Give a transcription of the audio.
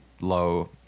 low